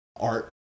art